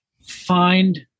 find